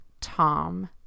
Tom